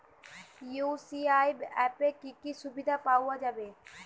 UPI অ্যাপে কি কি সুবিধা পাওয়া যাবে?